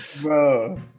Bro